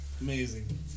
Amazing